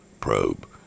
probe